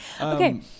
okay